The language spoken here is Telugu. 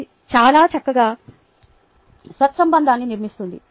అది చాలా చక్కగా సత్సంబంధాన్ని నిర్మిస్తుంది